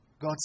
God